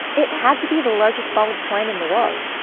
it had to be the largest ball of twine in the world,